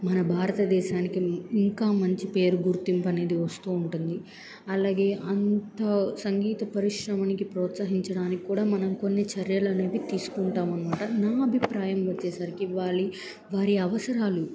మన భారతదేశానికి ఇంకా మంచి పేరు గుర్తింపు అనేది వస్తూ ఉంటుంది అలాగే అంత సంగీత పరిశ్రమనికి ప్రోత్సహించడానికి కూడా మనం కొన్ని చర్యలునేవి తీసుకుంటామనమాట నా అభిప్రాయం వచ్చేసరికి వారి వారి అవసరాలు